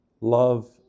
love